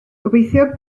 gobeithio